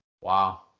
Wow